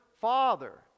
father